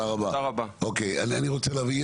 אני מסכים.